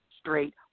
straight